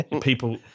People